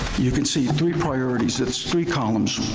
you can see three priorities. that's three columns.